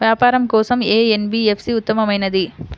వ్యాపారం కోసం ఏ ఎన్.బీ.ఎఫ్.సి ఉత్తమమైనది?